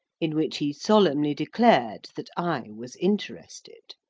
in which he solemnly declared that i was interested.